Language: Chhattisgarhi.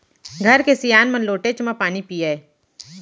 घर के सियान मन लोटेच म पानी पियय